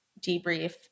debrief